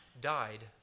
died